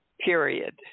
period